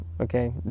Okay